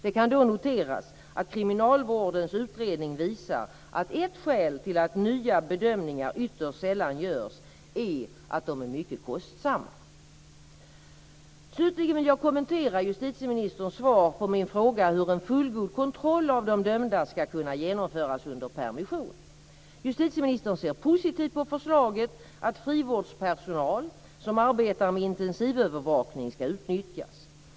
Det kan noteras att kriminalvårdens utredning visar att ett skäl till att nya bedömningar ytterst sällan görs är att de är mycket kostsamma. Slutligen vill jag kommentera justitieministerns svar på min fråga om hur en fullgod kontroll av de dömda ska kunna genomföras under permission. Justitieministern ser positivt på förslaget att frivårdspersonal som arbetar med intensivövervakning ska utnyttjas.